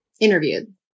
interviewed